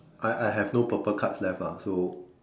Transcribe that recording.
I I have no purple cards left ah so